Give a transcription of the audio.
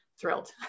thrilled